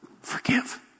Forgive